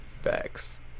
facts